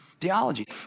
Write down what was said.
theology